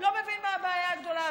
לא מבין מה הבעיה הגדולה,